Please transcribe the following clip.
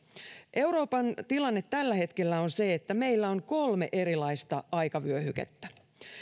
euroopan tilanne tällä hetkellä on se että meillä on kolme erilaista aikavyöhykettä